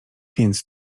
więc